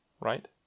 right